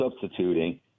substituting